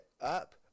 up